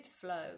flow